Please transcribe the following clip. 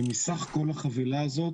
מסך כל החבילה הזאת